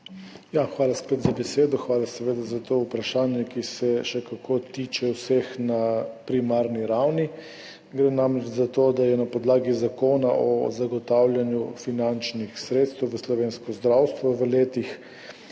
Spet hvala za besedo. Hvala za to vprašanje, ki se še kako tiče vseh na primarni ravni. Gre namreč za to, da se na podlagi Zakona o zagotavljanju finančnih sredstev za investicije v slovensko zdravstvo v letih